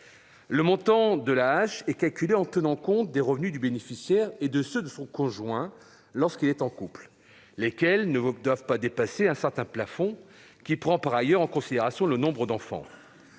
Le montant de l'AAH est calculé en tenant compte des revenus du bénéficiaire et de ceux de son conjoint, lorsqu'il est en couple, lesquels ne doivent pas dépasser un certain plafond, qui prend par ailleurs en considération le nombre d'enfants.